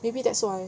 maybe that's why